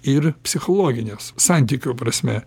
ir psichologinės santykių prasme